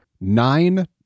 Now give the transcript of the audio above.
Nine